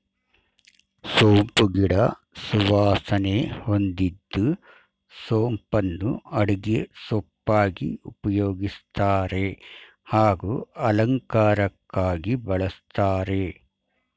ಸೋಂಪು ಗಿಡ ಸುವಾಸನೆ ಹೊಂದಿದ್ದು ಸೋಂಪನ್ನು ಅಡುಗೆ ಸೊಪ್ಪಾಗಿ ಉಪಯೋಗಿಸ್ತಾರೆ ಹಾಗೂ ಅಲಂಕಾರಕ್ಕಾಗಿ ಬಳಸ್ತಾರೆ